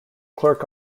clerk